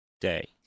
day